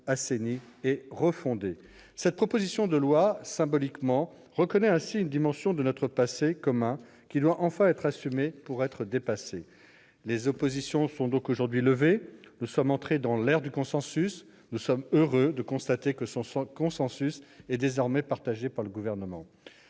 assainie et refondée. Cette proposition de loi permet de reconnaître symboliquement une dimension de notre passé commun, qui doit enfin être assumée pour être dépassée. Les oppositions sont donc aujourd'hui levées. Nous sommes entrés dans l'ère du consensus. Nous sommes heureux de constater que ce consensus est désormais partagé par le Gouvernement.